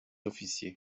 officiers